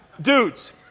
dudes